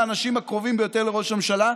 לאנשים הקרובים ביותר לראש הממשלה,